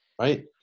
right